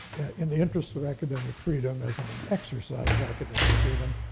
in the interests of academic freedom, as an an exercise of academic freedom,